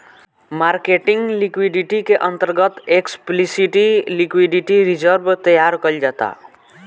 marketing liquidity के अंतर्गत explicit liquidity reserve तैयार कईल जाता